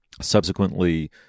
Subsequently